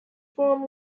form